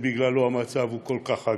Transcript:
שבגללו המצב הוא כל כך עגום.